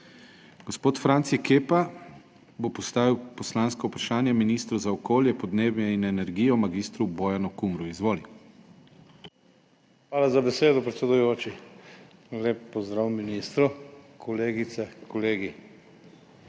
Gospod Franci Kepa bo postavil poslansko vprašanje ministru za okolje, podnebje in energijo mag. Bojanu Kumru. Izvoli. **FRANCI KEPA (PS SDS):** Hvala za besedo, predsedujoči. Lep pozdrav ministru, kolegicam, kolegom!